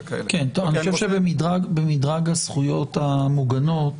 במדרג הזכויות המוגנות